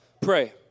pray